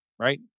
Right